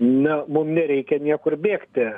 ne mum nereikia niekur bėgti